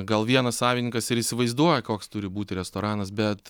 gal vienas savininkas ir įsivaizduoja koks turi būti restoranas bet